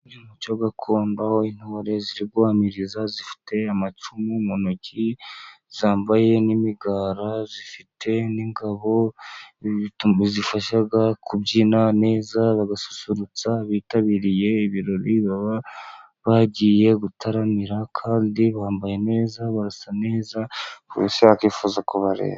Umuco gakondo w' intore zirimo guhamiriza, zifite amacumu mu ntoki, zambaye n'imigara, zifite n'ingabo bizifasha kubyina neza, bagasusurutsa abitabiriye ibirori baba bagiye gutaramira, kandi bambaye neza barasa neza, buri wese yakwifuza kubareba.